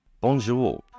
Bonjour